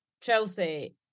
Chelsea